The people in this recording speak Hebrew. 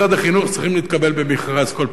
צריכים להתקבל במכרז כל פעם מחדש?